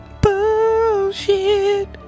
BULLSHIT